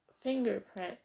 fingerprint